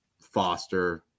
foster